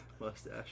Mustache